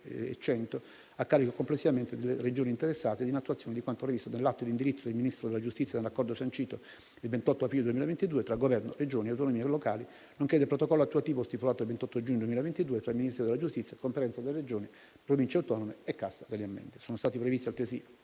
e 6.662.100 a carico complessivamente delle Regioni interessate ed in attuazione di quanto previsto nell'atto di indirizzo del Ministro della giustizia e nell'accordo sancito il 28 aprile 2022, tra Governo, Regioni e autonomie locali, nonché del protocollo attuativo stipulato il 28 giugno 2022 tra Ministero della giustizia, Conferenza delle Regioni e Province autonome e cassa delle ammende. Sono stati previsti, altresì,